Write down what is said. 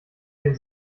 den